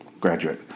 graduate